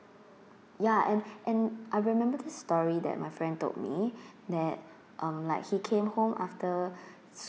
ya and and I remember this story that my friend told me that um like he came home after